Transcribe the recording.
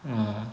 ah